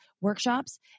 workshops